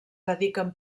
dediquen